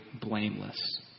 blameless